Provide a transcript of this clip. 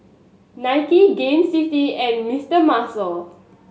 Nike Gain City and Mister Muscle